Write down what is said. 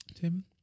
Tim